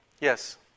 Yes